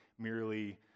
merely